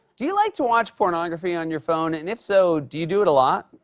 do you like to watch pornography on your phone, and if so, do you do it a lot?